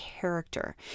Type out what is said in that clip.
character